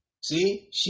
See